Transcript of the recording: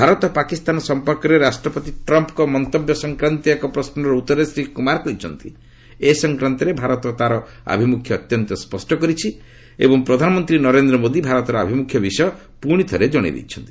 ଭାରତ ପାକିସ୍ତାନ ସମ୍ପର୍କରେ ରାଷ୍ଟ୍ରପତି ଟ୍ରମ୍ପଙ୍କ ମନ୍ତବ୍ୟ ସଂକ୍ରାନ୍ତୀୟ ଏକ ପ୍ରଶ୍ୱର ଉତ୍ତରରେ ଶ୍ରୀ କୁମାର କହିଛନ୍ତି ଏ ସଂକ୍ରାନ୍ତରେ ଭାରତର ଆଭିମୁଖ୍ୟ ଅତ୍ୟନ୍ତ ସ୍କଷ୍ଟ ଏବଂ ପ୍ରଧାନମନ୍ତ୍ରୀ ନରେନ୍ଦ୍ର ମୋଦି ଭାରତର ଆଭିମୁଖ୍ୟ ବିଷୟ ପୁଣିଥରେ ଜଣାଇ ଦେଇଛନ୍ତି